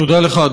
תודה לך,